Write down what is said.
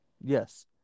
Yes